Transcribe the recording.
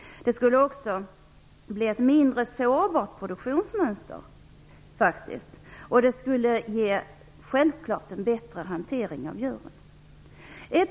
Det skulle också bli ett mindre sårbart produktionsmönster. Det skulle självfallet medföra en bättre hantering av djuren.